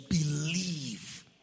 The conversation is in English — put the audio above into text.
believe